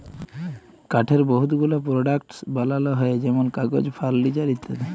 কাঠের বহুত গুলা পরডাক্টস বালাল হ্যয় যেমল কাগজ, ফারলিচার ইত্যাদি